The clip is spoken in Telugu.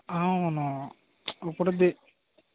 అవును ఇప్పుడు